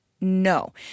No